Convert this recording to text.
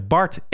Bart